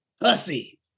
Hussy